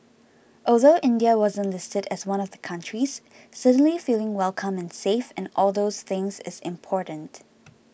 although India wasn't listed as one of the countries certainly feeling welcome and safe and all those things is important